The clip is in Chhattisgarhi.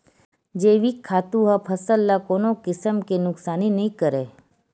जइविक खातू ह फसल ल कोनो किसम के नुकसानी नइ करय